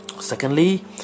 secondly